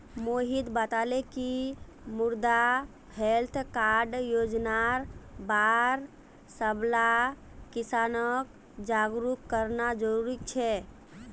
मोहित बताले कि मृदा हैल्थ कार्ड योजनार बार सबला किसानक जागरूक करना जरूरी छोक